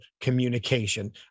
communication